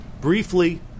Briefly